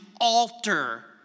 alter